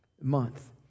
month